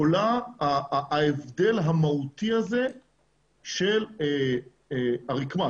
עולה ההבדל המהותי הזה של הרקמה,